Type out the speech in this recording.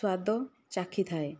ସ୍ଵାଦ ଚାଖିଥାଏ